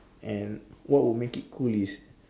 and what would make it cool is